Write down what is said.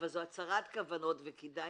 אבל זו הצהרת כוונות וכדאי